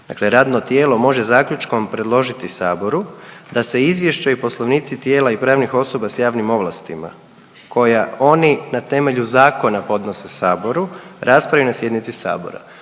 Dakle radno tijelo može zaključkom predložiti Saboru da se izvješće i poslovnici tijela i pravnih osoba s javnim ovlastima koja oni na temelju zakona podnose Saboru, raspravi na sjednici Sabora.